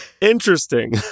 interesting